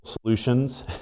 solutions